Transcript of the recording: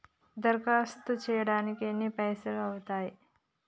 దరఖాస్తు చేయడానికి ఎన్ని పైసలు అవుతయీ?